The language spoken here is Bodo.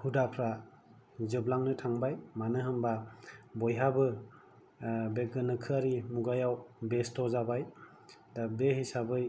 हुदाफोरा जोबलांनो थांबाय मानो होनबा बयहाबो बे गोनोखारि मुगायाव बेस्थ जाबाय दा बे हिसाबै